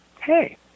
hey